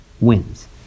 wins